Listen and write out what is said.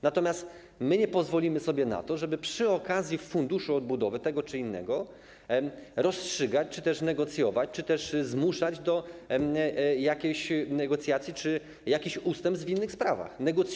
Natomiast nie pozwolimy sobie na to, żeby przy okazji Funduszu Odbudowy tego czy innego rozstrzygać czy też negocjować, czy też zmuszać do jakichś negocjacji czy jakichś ustępstw w innych sprawach w innych sprawach.